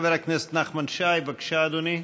חבר הכנסת נחמן שי, בבקשה, אדוני.